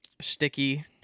sticky